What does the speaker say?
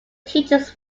teaches